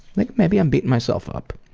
like maybe i'm beating myself up.